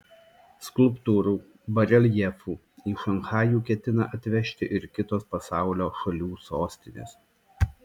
skulptūrų bareljefų į šanchajų ketina atvežti ir kitos pasaulio šalių sostinės